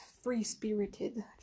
free-spirited